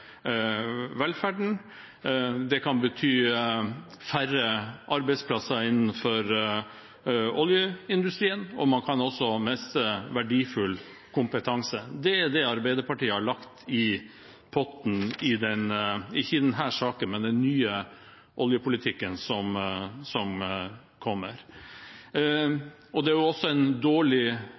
velferden. Det kan bety færre arbeidsplasser innenfor oljeindustrien, og man kan miste verdifull kompetanse. Det er det Arbeiderpartiet har lagt i potten – ikke i denne saken, men i den nye oljepolitikken som kommer. Det er også en dårlig